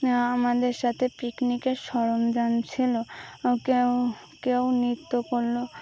আমাদের সাথে পিকনিকের সরঞ্জাম ছিলো কেউ কেউ নৃত্য করলো